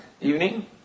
evening